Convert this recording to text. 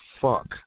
fuck